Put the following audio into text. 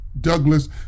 Douglas